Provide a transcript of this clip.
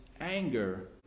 anger